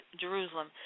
Jerusalem